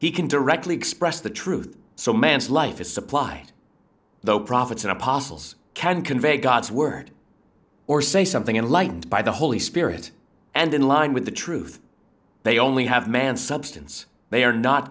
he can directly express the truth so man's life is supplied though prophets and apostles can convey god's word or say something enlightened by the holy spirit and in line with the truth they only have man substance they are not